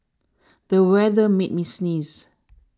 the weather made me sneeze